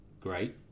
great